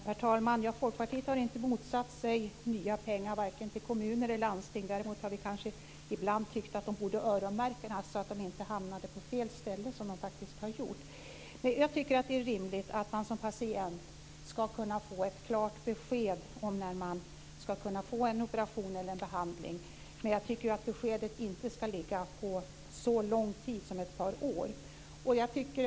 Herr talman! Folkpartiet har inte motsatt sig nya pengar till vare sig kommuner eller landsting. Däremot har vi kanske ibland tyckt att de borde öronmärkas så att de inte hamnar på fel ställe, vilket de faktiskt har gjort. Jag tycker att det är rimligt att man som patient ska kunna få ett klart besked om när man ska kunna få en operation eller en behandling. Men jag tycker inte att beskedet ska innebära så lång tid som ett par år.